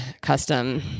custom –